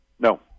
No